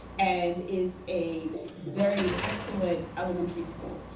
and it's a very excellent elementary school.